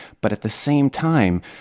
but at the same time,